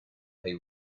pay